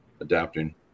adapting